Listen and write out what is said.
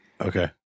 Okay